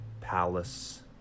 palace